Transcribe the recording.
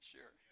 Sure